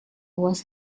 was